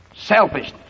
Selfishness